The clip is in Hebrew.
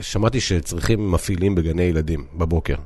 שמעתי שצריכים מפעילים בגני ילדים בבוקר.